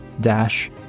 dash